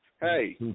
hey